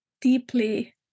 deeply